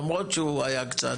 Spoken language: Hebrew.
למרות שהוא היה קצת.